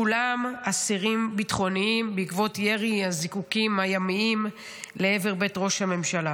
כולם אסירים ביטחוניים בעקבות ירי הזיקוקים הימיים לעבר בית ראש הממשלה.